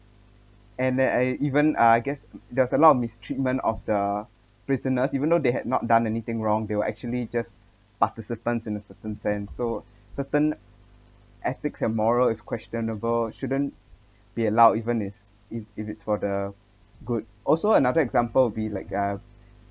and I even uh I guess there's a lot of mistreatment of the prisoners even though they have not done anything wrong they were actually just participants in a certain sense so certain ethics and moral is questionable shouldn't be allowed even it's if it's for the good also another example would be like uh